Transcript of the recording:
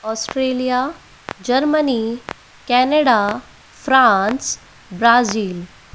Australia Germany Canada France Brazil